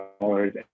dollars